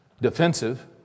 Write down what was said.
defensive